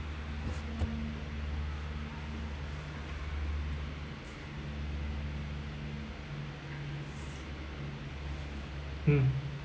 mm